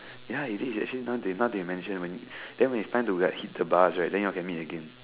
ya it is actually now that now that you mentioned when then when it's time to got hit the buzz right then you all can meet again